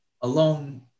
alone